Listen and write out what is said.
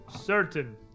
certain